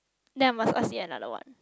then I must ask you another one